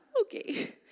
Okay